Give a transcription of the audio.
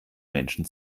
menschen